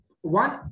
One